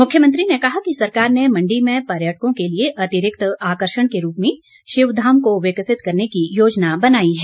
मुख्यमंत्री ने कहा कि सरकार ने मण्डी में पर्यटकों के लिए अतिरिक्त आकर्षण के रूप में शिव धाम को विकसित करने की योजना बनाई है